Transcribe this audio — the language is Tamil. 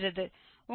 உங்களுக்கு 0